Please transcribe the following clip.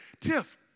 Tiff